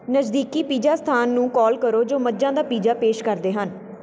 ਨਜ਼ਦੀਕੀ ਪੀਜ਼ਾ ਸਥਾਨ ਨੂੰ ਕੋਲ ਕਰੋ ਜੋ ਮੱਝਾਂ ਦਾ ਪੀਜ਼ਾ ਪੇਸ਼ ਕਰਦੇ ਹਨ